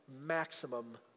maximum